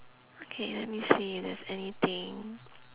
okay let me see if there's anything